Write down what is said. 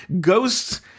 Ghosts